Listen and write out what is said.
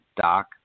doc